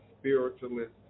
spiritualist